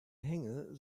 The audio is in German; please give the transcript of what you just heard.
hänge